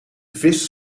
vis